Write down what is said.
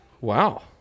Wow